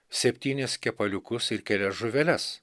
septynis kepaliukus ir kelias žuveles